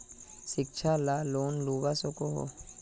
शिक्षा ला लोन लुबा सकोहो?